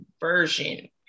version